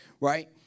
Right